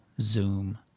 Zoom